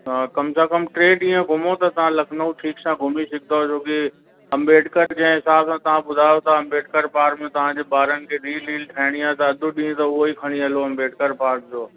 हा कम सां कम टे ॾींहं घुमो त तव्हां लखनऊ ठीक सां घुमी सघंदो छोकी अम्बेडकर जंहिं हिसाब सां तव्हां ॿुधायो था अम्बेडकर पार्क में तव्हांजे ॿारनि खे रील वील ठाहिणी आहे त अधु ॾींहं त उहो ई खणी हलो अम्बेडकर पार्क जो